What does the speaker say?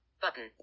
Button